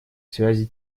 связи